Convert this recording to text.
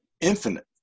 infinite